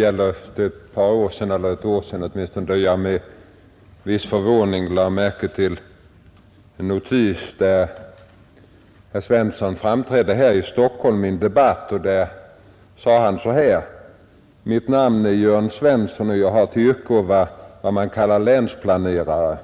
Herr talman! För ett eller ett par år sedan lade jag med viss förvåning märke till en notis, enligt vilken herr Svensson hade framträtt i en debatt här i Stockholm och sagt så här: Mitt namn är Jörn Svensson, och jag har till yrke att vara vad man kallar länsplanerare